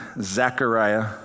Zechariah